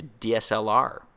DSLR